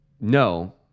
no